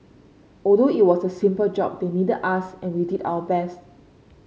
although it was a simple job they needed us and we did our best